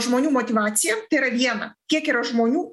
žmonių motyvacija tai yra viena kiek yra žmonių